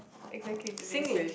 exactly did they say